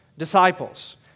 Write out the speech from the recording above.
Disciples